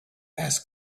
ask